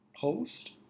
post